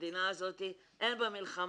במדינה הזאת כבר אין מלחמה,